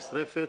נשרפת.